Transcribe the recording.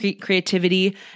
creativity